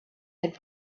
had